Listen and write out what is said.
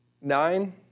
nine